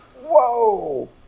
Whoa